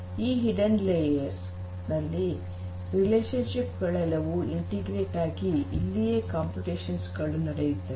ಈ ಹಿಡನ್ ಪದರದಲ್ಲಿ relationship ಗಳೆಲ್ಲವೂ ಇಂಟಿಗ್ರೇಟ್ ಆಗಿ ಇಲ್ಲಿಯೇ ಕಂಪ್ಯೂಟೇಷನ್ ಗಳು ನಡೆಯುತ್ತವೆ